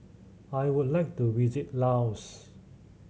I would like to visit Laos